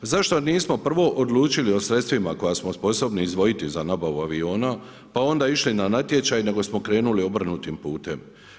Zašto nismo prvo odlučili o sredstvima koja smo sposobni izdvojiti na nabavu aviona pa onda išli na natječaj nego smo krenuli obrnutim putem.